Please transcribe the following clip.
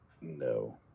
no